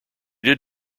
did